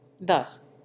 Thus